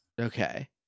Okay